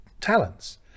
talents